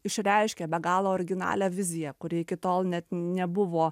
išreiškia be galo originalią viziją kuri iki tol net nebuvo